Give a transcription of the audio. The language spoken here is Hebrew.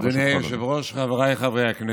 אדוני היושב-ראש, חבריי חברי הכנסת,